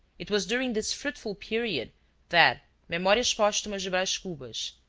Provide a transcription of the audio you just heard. it was during this fruitful period that memorias postumas de braz cubas,